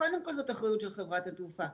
קודם כל, זה אחריות של חברת התעופה.